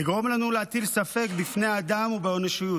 לגרום לנו להטיל ספק בבני אדם ובאנושיות.